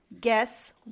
guess